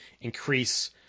increase